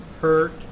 hurt